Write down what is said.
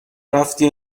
رفتی